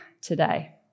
today